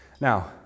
Now